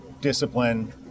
discipline